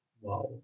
Wow